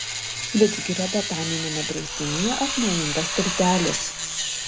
vidzgirio botaniniame draustinyje atnaujintas tiltelis